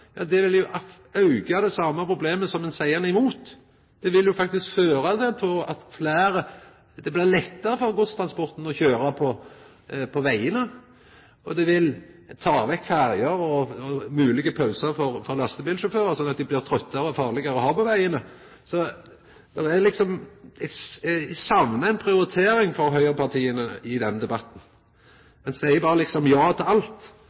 vil jo auka det same problemet som ein seier at ein er imot. Det vil jo faktisk føra til at det blir lettare for godstransporten å køyra på vegane, og det vil ta vekk ferjer og moglege pausar for lastebilsjåførar, sånn at dei blir trøttare og farlegare å ha på vegane. Eg saknar ei prioritering frå høgrepartia i denne debatten. Dei seier liksom berre ja til alt